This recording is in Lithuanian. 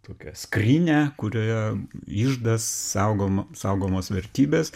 tokia skrynia kurioje iždas saugom saugomos vertybės